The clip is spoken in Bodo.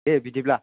दे बिदिब्ला